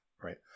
right